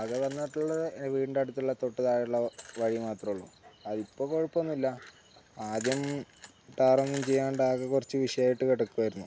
ആകെ വന്നിട്ടുള്ളത് വീടിനടുത്തുള്ള തൊട്ടുതാഴെയുള്ള വഴി മാത്രമേ ഉള്ളൂ അതിപ്പോള് കുഴപ്പമൊന്നുമില്ല ആദ്യം താറൊന്നും ചെയ്യാണ്ടാകെ കുറച്ചു വിഷയമായിട്ടു കിടക്കുകയായിരുന്നു